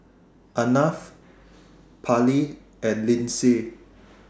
Arnav Parley and Lyndsay